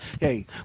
hey